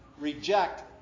reject